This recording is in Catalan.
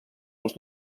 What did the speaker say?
els